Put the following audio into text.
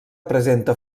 presenta